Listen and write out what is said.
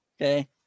Okay